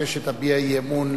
לפני שתביע אי-אמון,